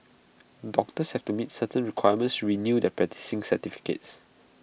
doctors have to meet certain requirements to renew their practising certificates